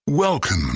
Welcome